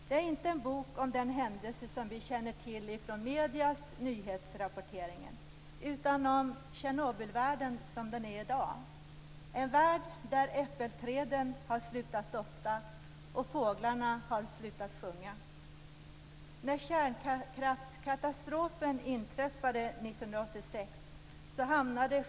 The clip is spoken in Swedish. Det är inte en bok om den händelse som vi känner till från mediernas nyhetsrapportering utan om Tjernobylvärlden som den är i dag - en värld där äppelträden har slutat dofta och fåglarna har slutat sjunga.